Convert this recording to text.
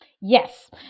Yes